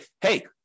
hey